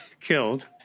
killed